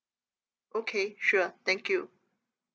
okay sure thank you